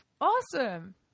Awesome